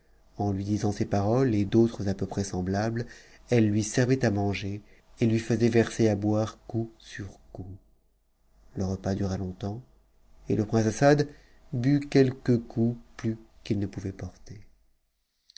en lui disant es paroles et d'autres à peu près semblables elle lui servait à manger et lui faisait verser à boire coup sur coup le repas dura longtemps et le grince assad but quelques coups ptus qu'il ne pouvait porter